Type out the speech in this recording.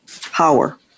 power